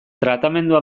tratamendua